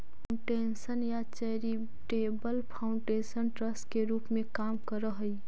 foundation या charitable foundation trust के रूप में काम करऽ हई